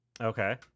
Okay